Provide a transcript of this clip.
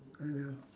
oh ya